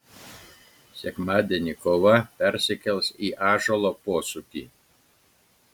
sekmadienį kova persikels į ąžuolo posūkį